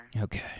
Okay